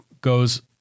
goes